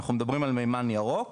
אנחנו מדברים על מימן ירוק,